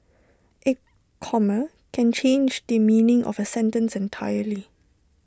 A comma can change the meaning of A sentence entirely